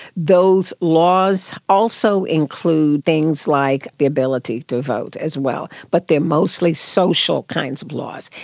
those laws also includes things like the ability to vote as well, but they are mostly social kinds of laws.